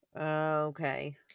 okay